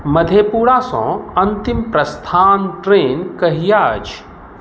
मधेपुरा सँ अंतिम प्रस्थान ट्रेन कहिया अछि